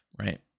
Right